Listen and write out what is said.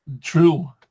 True